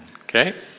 Okay